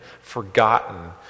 forgotten